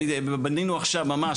ובנינו ממש עכשיו,